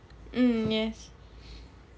mm yes